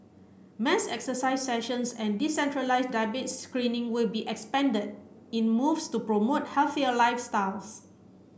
mass exercise sessions and decentralised diabete screening will be expanded in moves to promote healthier lifestyles